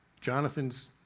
Jonathan's